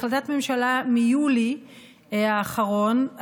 בהחלטת ממשלה מיולי האחרון,